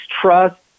trust